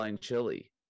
chili